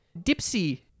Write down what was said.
Dipsy